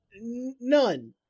None